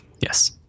Yes